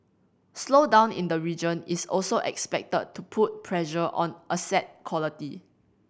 slowdown in the region is also expected to put pressure on asset quality